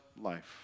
life